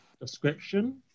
description